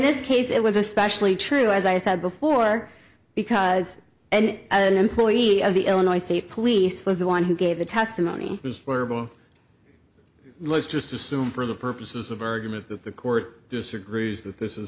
this case it was especially true as i said before because and employee of the illinois state police was the one who gave the testimony for both let's just assume for the purposes of argument that the court disagrees that this is